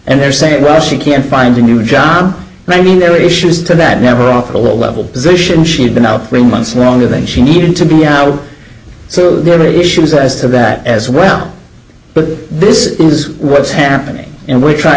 and they're saying well she can find a new job mean there are issues to that never offer a low level position she had been out for months longer than she needed to be out so there were issues as to that as well but this is what's happening and we're trying